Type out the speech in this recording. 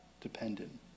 dependent